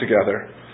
together